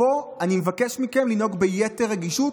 ופה אני מבקש מכם לנהוג ביתר רגישות,